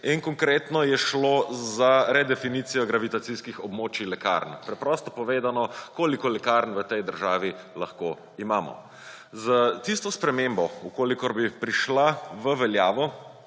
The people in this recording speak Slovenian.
in konkretno je šlo za redefinicijo gravitacijskih območij lekarn; preprosto povedano, koliko lekarn v tej državi lahko imamo. S tisto spremembo, v kolikor bi prišla v veljavo,